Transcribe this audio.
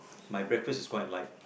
my breakfast is quite light